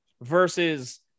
versus